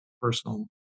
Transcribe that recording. personal